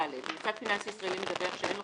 (ד) מוסד פיננסי ישראלי מדווח שאין לו